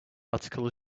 article